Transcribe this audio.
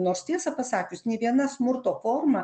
nors tiesą pasakius nei viena smurto forma